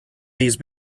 these